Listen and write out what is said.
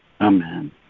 Amen